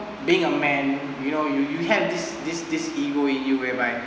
being a man you know you you have this this this ego in you whereby